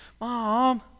Mom